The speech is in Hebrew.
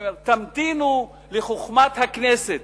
הוא היה אומר: תמתינו לחוכמת הכנסת,